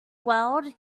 world